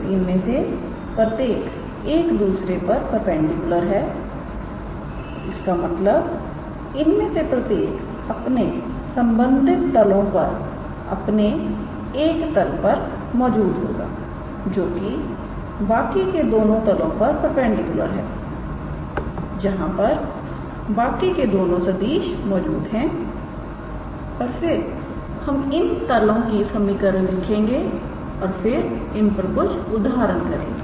तो इनमें से प्रत्येक एक दूसरे पर परपेंडिकुलर है तो इसका मतलब इनमें से प्रत्येक अपने संबंधित तलों में अपने एक तल पर मौजूद होगा जो कि बाकी के दोनों तलों पर परपेंडिकुलर हैं जहां पर बाकी के दोनों सदिश मौजूद हैं और फिर हम इन तल की समीकरण लिखेंगे और फिर हम इन पर कुछ उदाहरण करेंगे